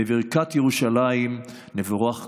בברכת ירושלים נבורך כולנו.